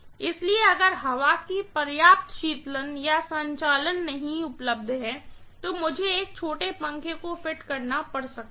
इसलिए अगर हवा की पर्याप्त शीतलन या संचलन उपलब्ध नहीं है तो मुझे एक छोटे पंखे को फिट करना पड़ सकता है